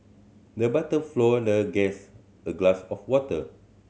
the butler the guest a glass of water